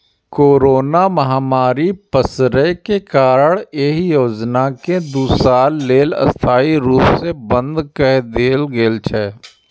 corona महामारी पसरै के कारण एहि योजना कें दू साल लेल अस्थायी रूप सं बंद कए देल गेल छै